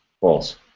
False